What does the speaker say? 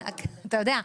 אתה יודע,